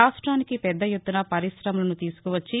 రాష్ట్రానికి పెద్ద ఎత్తున పరిశ్రమలను తీసుకొచ్చి